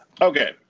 Okay